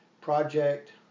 project